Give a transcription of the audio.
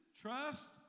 Trust